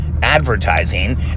advertising